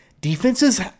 Defenses